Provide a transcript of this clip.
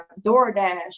DoorDash